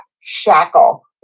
shackle